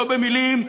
לא במילים,